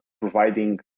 providing